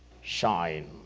Shine